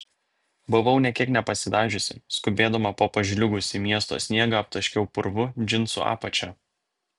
buvau nė kiek nepasidažiusi skubėdama po pažliugusį miesto sniegą aptaškiau purvu džinsų apačią